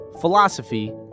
philosophy